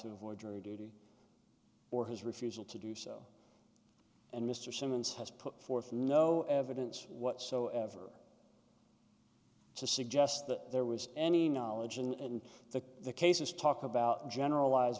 avoid jury duty or his refusal to do so and mr simmons has put forth no evidence whatsoever to suggest that there was any knowledge and the cases talk about generalize